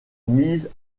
mise